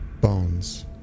Bones